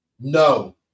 No